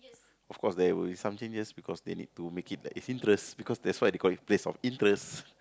of course there will something just because they need to make it the interest because that's why they call it place of interest